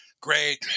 Great